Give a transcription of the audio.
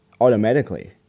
automatically